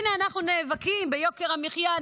הינה אנחנו נאבקים ביוקר המחיה,